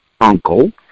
uncle